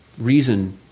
reason